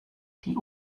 die